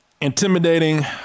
Intimidating